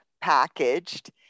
packaged